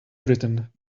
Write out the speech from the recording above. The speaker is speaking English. written